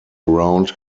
around